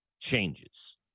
changes